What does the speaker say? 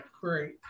great